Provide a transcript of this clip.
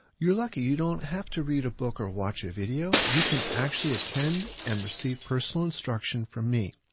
you're lucky you don't have to read a book or watch a video, you can actually attend and receive personal instruction from me.